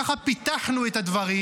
פיתחנו את הדברים,